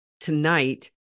tonight